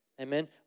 Amen